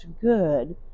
good